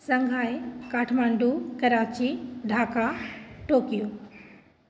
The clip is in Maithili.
संघाय काठमांडू कराची ढाका टोकियो